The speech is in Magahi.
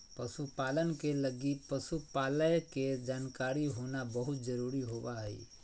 पशु पालन के लगी पशु पालय के जानकारी होना बहुत जरूरी होबा हइ